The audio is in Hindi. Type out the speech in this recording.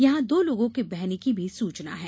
यहां दो लोगों के बहने की भी सूचना है